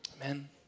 Amen